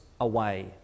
away